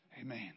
Amen